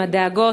עם הדאגות,